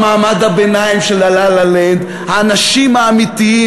לא על מעמד הביניים של ה"לה-לה-לנד" האנשים האמיתיים